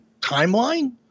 timeline